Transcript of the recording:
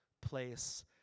place